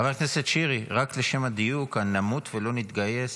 חבר הכנסת שירי, רק לשם הדיוק, "נמות ולא נתגייס"